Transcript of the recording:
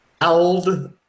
old